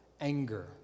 anger